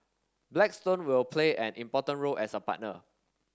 Blackstone will play an important role as a partner